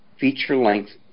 feature-length